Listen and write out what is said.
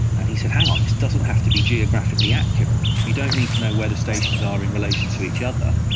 and he said, hang on, this doesn't have to be geographically accurate, we don't need to know where the stations are in relation to each other,